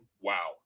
wow